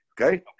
Okay